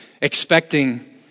expecting